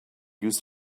used